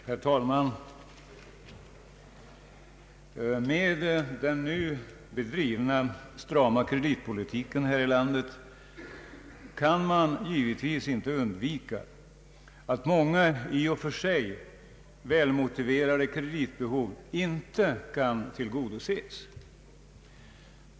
Herr talman! Med den nu bedrivna strama kreditpolitiken kan man givetvis inte undvika att många i och för sig välmotiverade kreditbehov inte kan tillgodoses.